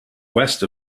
west